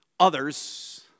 Others